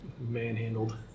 manhandled